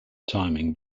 timing